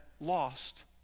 lost